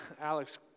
Alex